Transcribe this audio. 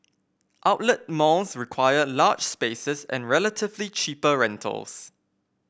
outlet malls require large spaces and relatively cheaper rentals